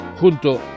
Junto